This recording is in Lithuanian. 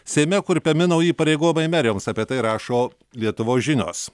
seime kurpiami nauji įpareigojimai merijoms apie tai rašo lietuvos žinios